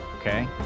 okay